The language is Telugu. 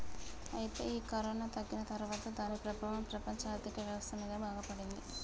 అయితే ఈ కరోనా తగ్గిన తర్వాత దాని ప్రభావం ప్రపంచ ఆర్థిక వ్యవస్థ మీద బాగా పడింది